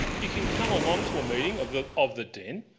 you can come along to a meeting of the of the den,